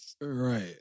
Right